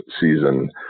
season